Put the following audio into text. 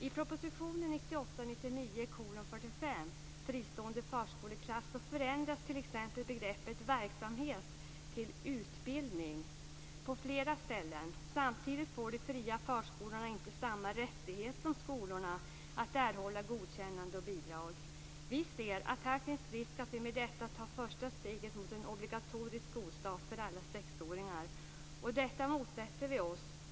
I propositionen på flera ställen begreppet verksamhet till utbildning. Samtidigt får de fria förskolorna inte samma rättighet som skolorna att erhålla godkännande och bidrag. Vi ser att det finns en risk för att vi med detta tar första steget mot en obligatorisk skolstart för alla sexåringar. Detta motsätter vi oss.